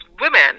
women